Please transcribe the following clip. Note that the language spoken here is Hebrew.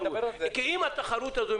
כי אם התחרות הזאת,